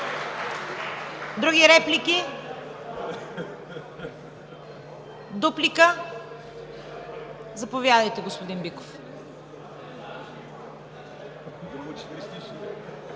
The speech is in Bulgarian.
Други реплики? Дуплика? Заповядайте, господин Биков.